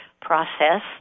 process